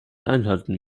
einhalten